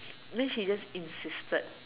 means she just insisted